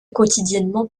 quotidiennement